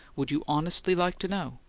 would you honestly like to know?